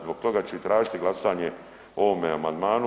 Zbog toga ću i tražiti glasanje o ovome amandmanu.